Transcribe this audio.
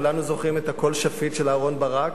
כולנו זוכרים את "הכול שפיט" של אהרן ברק.